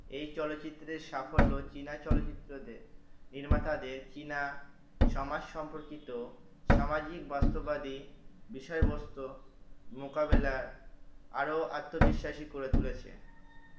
এই চলচ্চিত্রের সাফল্য চীনা চলচ্চিত্রদের নির্মাতাদের চীনা সমাজ সম্পর্কিত সামাজিক বাস্তবাদী বিষয়বস্ত মোকাবেলার আরও আত্মবিশ্বাসী করে তুলেছে